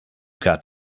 got